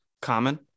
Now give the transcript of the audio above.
common